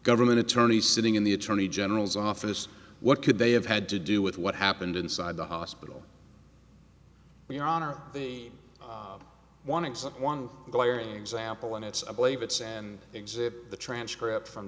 government attorneys sitting in the attorney general's office what could they have had to do with what happened inside the hospital your honor the one except one glaring example and it's i believe it's and exit the transcript from